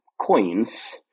coins